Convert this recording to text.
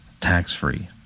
Tax-free